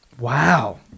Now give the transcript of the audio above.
Wow